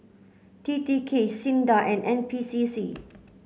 T T K SINDA and N P C C